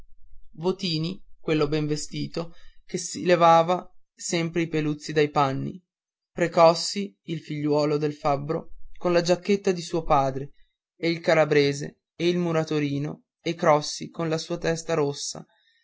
votini quello ben vestito che si leva sempre i peluzzi dai panni precossi il figliuolo del fabbro con la giacchetta di suo padre e il calabrese e il muratorino e crossi con la sua testa rossa